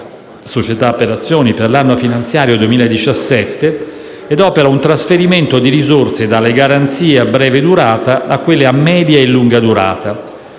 dalla SACE SpA per l'anno finanziario 2017, opera un trasferimento di risorse dalle garanzie a breve durata a quelle a media e lunga durata.